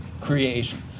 creation